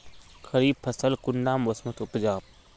खरीफ फसल कुंडा मोसमोत उपजाम?